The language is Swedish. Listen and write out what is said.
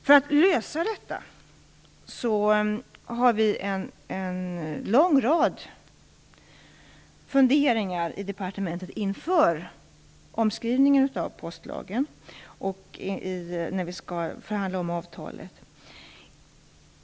För att lösa detta har vi en lång rad funderingar i departementet inför omskrivningen av postlagen och när vi skall omförhandla avtalet.